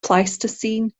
pleistocene